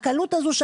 הקלות הזו.